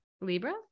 Libra